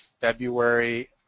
February